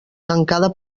tancada